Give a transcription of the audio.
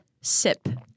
sip